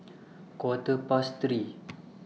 Quarter Past three